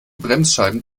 bremsscheiben